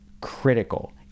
critical